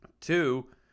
two